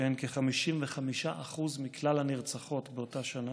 שהן כ-55% מכלל הנרצחות באותה שנה,